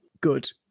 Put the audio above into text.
Good